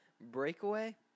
breakaway